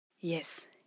Yes